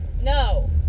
No